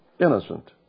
innocent